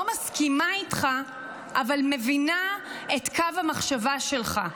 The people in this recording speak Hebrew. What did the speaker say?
לא מסכימה איתך, אבל מבינה את קו המחשבה שלך.